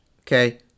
Okay